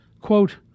Quote